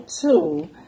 two